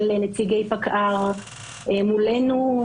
של נציגי פקע"ר מולנו,